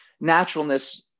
naturalness